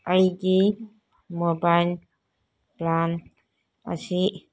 ꯑꯩꯒꯤ mobile plan ꯑꯁꯤ